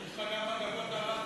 יש לך גם "מגבות ערד".